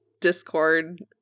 discord